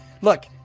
look